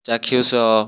ଚାକ୍ଷୁସ